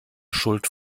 schuld